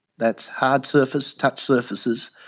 that's hard surface, touch surfaces,